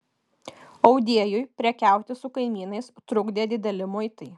audėjui prekiauti su kaimynais trukdė dideli muitai